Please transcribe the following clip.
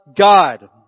God